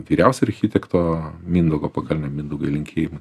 vyriausio architekto mindaugo pakalnio mindaugai linkėjimai